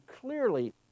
clearly